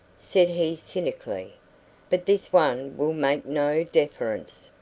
said he cynically but this one will make no deeference.